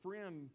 friend